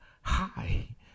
Hi